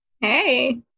Hey